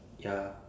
ya